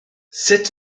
sut